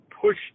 push